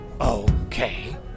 okay